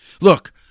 Look